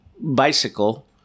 bicycle